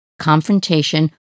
confrontation